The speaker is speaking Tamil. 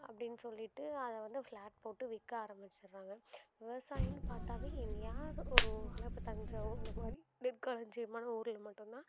அப்படின் சொல்லிவிட்டு அதை வந்து பிளாட் போட்டு விற்க ஆரமிச்சிறாங்க விவசாயம்ன்னு பார்த்தாவே எங்கேயாது ஒரு ஊரில் இப்போ தஞ்சாவூர் இந்தமாதிரி நெற்களஞ்சியமான ஊரில் மட்டும் தான்